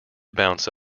bounce